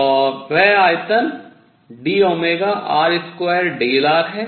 और वह आयतन dr2r है